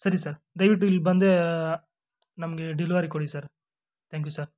ಸರಿ ಸರ್ ದಯವಿಟ್ಟು ಇಲ್ಲಿ ಬಂದ ನಮಗೆ ಡಿಲಿವರಿ ಕೊಡಿ ಸರ್ ಥ್ಯಾಂಕ್ಯೂ ಸರ್